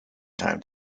time